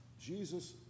Jesus